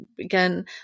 again